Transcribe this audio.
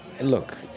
look